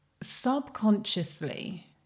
subconsciously